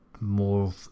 more